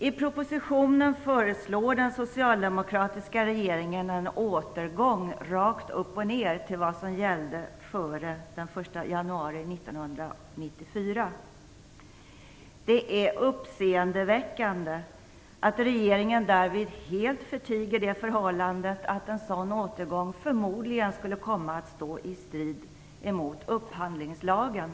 I propositionen föreslår den socialdemokratiska regeringen en återgång rakt upp och ner till vad som gällde före den 1 januari 1994. Det är uppseendeväckande att regeringen därvid helt förtiger det förhållandet att en sådan återgång förmodligen skulle komma att stå i strid mot upphandlingslagen.